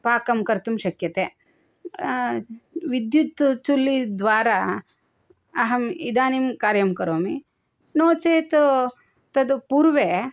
पाकं कर्तुं शक्यते विद्युत्चुल्लीद्वारा अहम् इदानीं कार्यं करोमि नो चेत् तत् पूर्वं